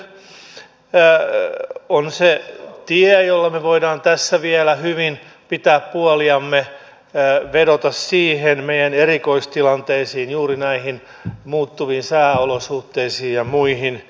kansallinen sääntely on se tie jolla me voimme tässä vielä hyvin pitää puoliamme vedota niihin meidän erikoistilanteisiimme juuri näihin muuttuviin sääolosuhteisiin ja muihin